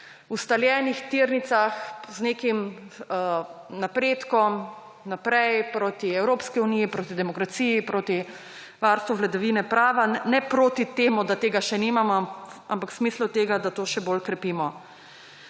ustaljenih tirnicah z nekim napredkom naprej proti Evropski uniji, proti demokraciji, proti varstvu vladavine prava; ne proti temu, da tega še nimamo, ampak v smislu tega, da to še bolj krepimo.